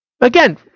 Again